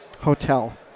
hotel